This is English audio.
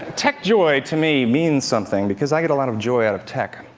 tech joy, to me, means something, because i get a lot of joy out of tech.